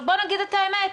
בוא נגיד את האמת,